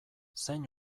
zein